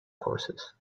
courses